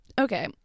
Okay